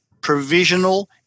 provisional